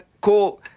Cool